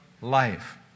Life